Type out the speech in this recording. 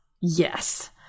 yes